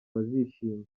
bazishima